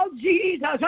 Jesus